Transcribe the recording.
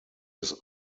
his